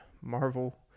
Marvel